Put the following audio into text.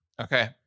okay